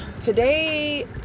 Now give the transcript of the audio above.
Today